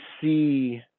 see